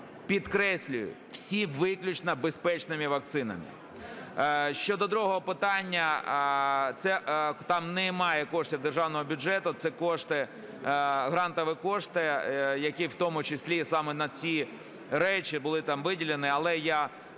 Підкреслюю, всі – виключно безпечними вакцинами. Щодо другого питання, це там немає коштів державного бюджету, це грантові кошти, які у тому числі саме на ці речі були там виділені. Але я